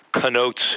connotes